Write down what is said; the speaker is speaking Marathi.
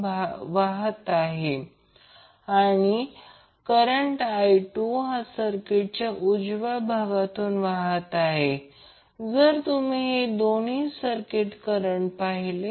जेव्हा जेव्हा आपण f f 50 हर्ट्झ म्हणतो याचा अर्थ हे प्रति सेकंद 50 सायकल आहे